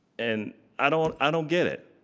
and i don't i don't get it.